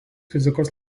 fizikos